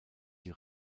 die